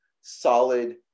solid